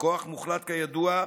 וכוח מוחלט, כידוע,